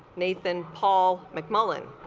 nathan paul mcmullen